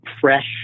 fresh